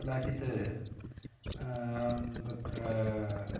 कदाचित् तत्र